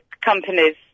companies